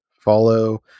follow